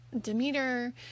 Demeter